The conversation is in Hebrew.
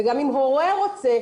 גם אם הורה רוצה,